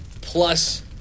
Plus